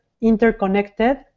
interconnected